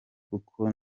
kuko